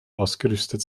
ausgerüstet